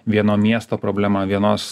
vieno miesto problema vienos